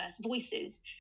voices